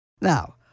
Now